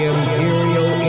Imperial